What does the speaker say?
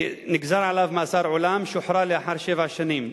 נגזר עליו מאסר עולם, והוא שוחרר לאחר שבע שנים,